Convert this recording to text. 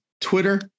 Twitter